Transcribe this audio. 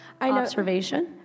Observation